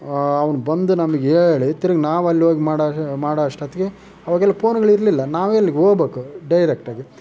ಅವ್ನು ಬಂದು ನಮಗೇಳಿ ತಿರ್ಗಿ ನಾವು ಅಲ್ಲೋಗಿ ಮಾಡೋಷಟು ಮಾಡೋಷ್ಟೊತ್ತಿಗೆ ಅವಾಗೆಲ್ಲ ಪೋನುಗಳಿರ್ಲಿಲ್ಲ ನಾವೇ ಅಲ್ಲಿಗೋಗ್ಬೇಕು ಡೈರೆಕ್ಟಾಗಿ